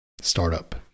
startup